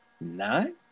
nine